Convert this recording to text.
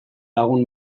lagun